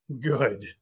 Good